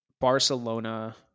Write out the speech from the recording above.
Barcelona